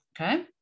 okay